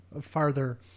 farther